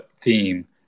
theme